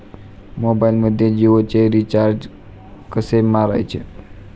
मोबाइलमध्ये जियोचे रिचार्ज कसे मारायचे?